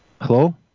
Hello